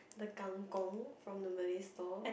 the kangkong from the Malay stall